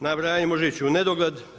Nabrajanje može ići u nedogled.